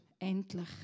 endlich